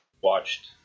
watched